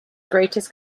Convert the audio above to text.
greatest